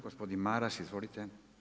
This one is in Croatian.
Gospodin Maras, izvolite.